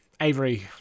Avery